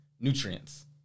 nutrients